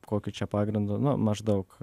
kokiu čia pagrindu nu maždaug